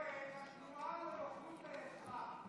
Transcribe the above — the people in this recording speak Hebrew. מרצ, התנועה לזכויות האזרח,